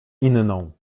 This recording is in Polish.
inną